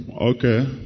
Okay